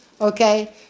Okay